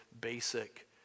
basic